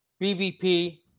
BBP